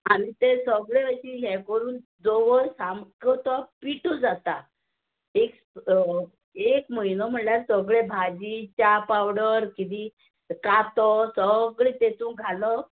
आनी तें सगळें अशें हें करून दवर सामको तो पिटो जाता एक एक म्हयनो म्हळ्यार सगळे भाजी च्या पावडर कितें कातो सगळे तेतू घालप